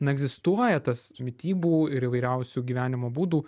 na egzistuoja tas mitybų ir įvairiausių gyvenimo būdų